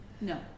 No